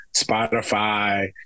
Spotify